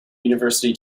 university